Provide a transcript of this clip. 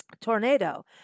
tornado